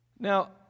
Now